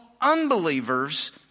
unbelievers